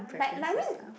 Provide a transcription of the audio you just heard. like like I mean